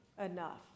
enough